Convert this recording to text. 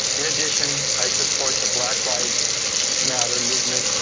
in addition, i support the black lives matter movement,